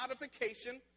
modification